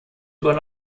über